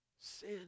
sin